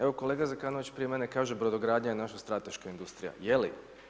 Evo kolega Zekanović prije mene kaže brodogradnja je naša strateška industrija, je li?